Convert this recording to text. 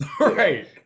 Right